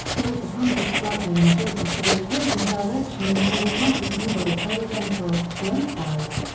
tilt the compass slightly and gently to the opposing direction until the compass needle is horizontal, lengthwise.